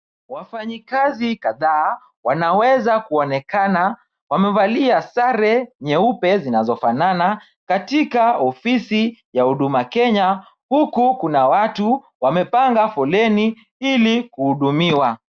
Wafanyikazi kadhaa wanaweza kuonekana wamevalia sare nyeupe zinazofanana katika ofisi ya Huduma Kenya huku kuna watu wamepanga foleni ili kuhudumiwa.